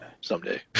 someday